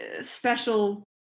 special